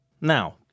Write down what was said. Now